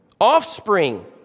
Offspring